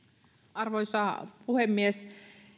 arvoisa puhemies